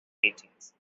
teachings